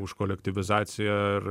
už kolektyvizaciją ir